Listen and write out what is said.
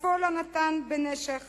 כספו לא נתן בנשך